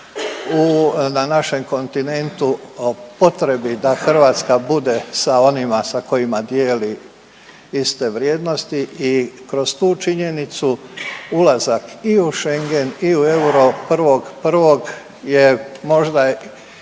na našem kontinentu o potrebi da Hrvatska bude sa onima sa kojima dijeli iste vrijednosti. I kroz tu činjenicu ulazak i u Schengen i u euro 1.1. je možda